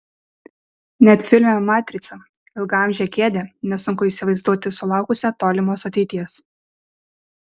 net filme matrica ilgaamžę kėdę nesunku įsivaizduoti sulaukusią tolimos ateities